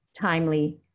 timely